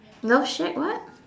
love shack what